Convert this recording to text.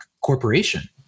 corporation